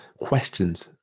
questions